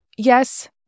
Yes